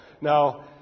Now